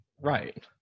Right